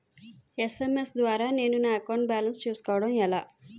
SMS ద్వారా నేను నా అకౌంట్ బాలన్స్ చూసుకోవడం ఎలా?